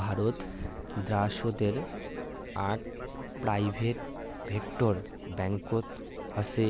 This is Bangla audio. ভারত দ্যাশোতের আক প্রাইভেট সেক্টর ব্যাঙ্কত হসে